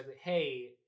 hey